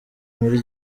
muri